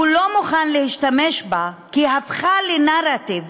הוא לא מוכן להשתמש בה, כי היא הפכה לנרטיב,